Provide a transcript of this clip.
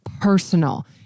personal